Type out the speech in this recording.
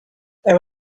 there